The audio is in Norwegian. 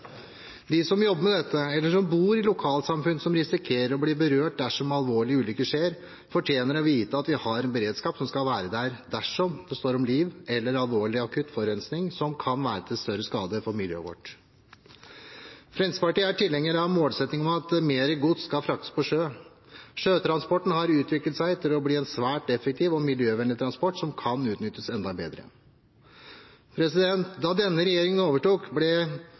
De som jobber med dette, eller som bor i lokalsamfunn som risikerer å bli berørt dersom alvorlige ulykker skjer, fortjener å vite at vi har en beredskap som skal være der dersom det står om liv, eller det er alvorlig akutt forurensing som kan være til større skade for miljøet vårt. Fremskrittspartiet er tilhenger av målsettingen om at mere gods skal fraktes på sjø. Sjøtransporten har utviklet seg til å bli en svært effektiv og miljøvennlig transport, som kan utnyttes enda bedre. Da denne regjeringen overtok, ble